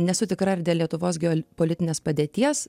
nesu tikra ar dėl lietuvos geopolitinės padėties